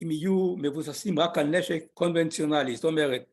אם יהיו מבוססים רק על נשק קונבנציונלי, זאת אומרת...